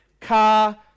car